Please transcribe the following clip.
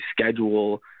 schedule